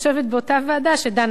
באותה ועדה שדנה בזה.